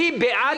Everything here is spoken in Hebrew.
מי בעד